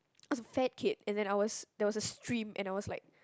a fat kid and then ours there was a stream you know it's like